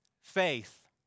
Faith